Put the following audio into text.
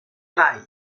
brai